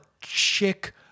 chick